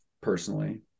personally